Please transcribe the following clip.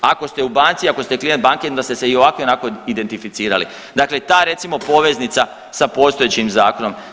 Ako ste u banci, ako ste klijent banke, onda ste se i ovako i onako identificirali, dakle, ta, recimo, poveznica sa postojećim Zakonom.